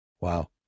Wow